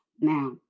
Now